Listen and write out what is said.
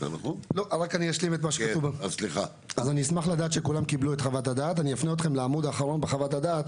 אני אפנה אותכם לעמוד האחרון בחוות הדעת